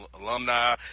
alumni